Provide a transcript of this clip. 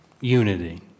unity